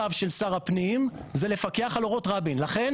צו משרד הפנים זה לפקח על אורות רבין ולכן